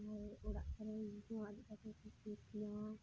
ᱟᱨ ᱚᱲᱟᱜ ᱠᱚᱨᱮ ᱦᱚᱸ